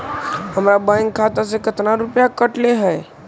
हमरा बैंक खाता से कतना रूपैया कटले है?